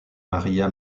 maria